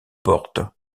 portes